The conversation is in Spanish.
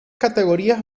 categorías